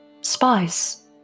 spies